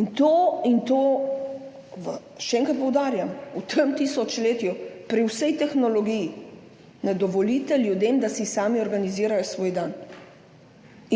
in to, še enkrat poudarjam, v tem tisočletju, pri vsej tehnologiji ne dovolite ljudem, da si sami organizirajo svoj dan.